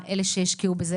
חדש לך הסיפור עם בית חולים